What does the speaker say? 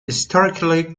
historically